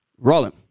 Rollin